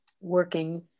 Working